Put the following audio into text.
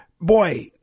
boy